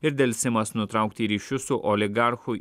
ir delsimas nutraukti ryšius su oligarchu